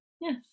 yes